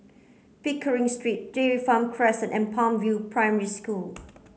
Pickering Street Dairy Farm Crescent and Palm View Primary School